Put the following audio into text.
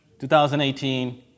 2018